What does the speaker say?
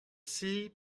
framework